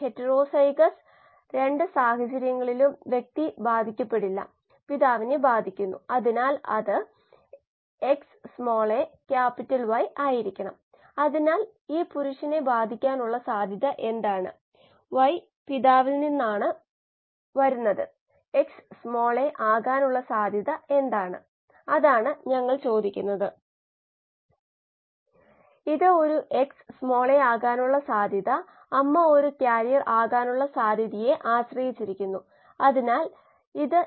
5 ആണെന്ന് കരുതുക എന്താണ് അറിയേണ്ടത്